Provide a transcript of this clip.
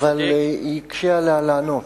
אבל יקשה עליה לענות.